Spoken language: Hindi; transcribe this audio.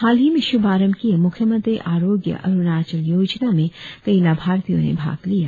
हाल ही में शुभारंभ किए मुख्यमंत्री आरोग्य अरुणाचल योजना में कई लाभार्थियों ने भाग लिया